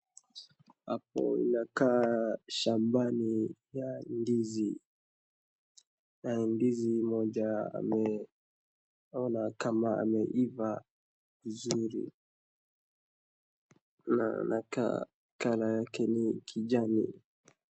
Hapo inakaa shambani ya ndizi. Na ndizi moja ameona kama imeiva vizuri. Na anakaa colour yake ni kijani.